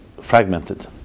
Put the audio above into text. fragmented